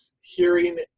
hearing